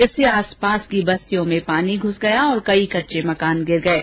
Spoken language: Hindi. इससे आसपास की बस्तियों में पानी घुस गया और कई कच्चे मकान गिर गये